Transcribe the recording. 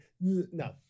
no